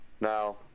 Now